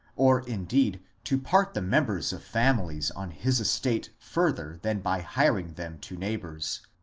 or indeed to part the members of families on his estate further than by hiring them to neighbours.